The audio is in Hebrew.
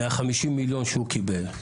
מהחמישים מיליון שהוא קיבל,